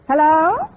Hello